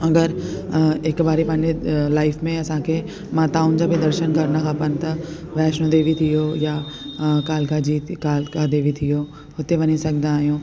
अगरि अ हिकु वारी पंहिंजे लाइफ में असांखे माताउनि जा बि दर्शन करणा खपनि त वैष्णो देवी थी वियो या अ कालका जी कालका देवी थी वियो हुते वञी सघंदा आहियूं